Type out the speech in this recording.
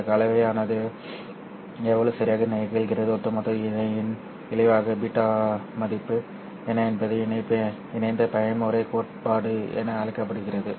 இந்த கலவையானது எவ்வளவு சரியாக நிகழ்கிறது ஒட்டுமொத்த இன் விளைவாக மதிப்பு என்ன என்பது இணைந்த பயன்முறை கோட்பாடு என அழைக்கப்படுகிறது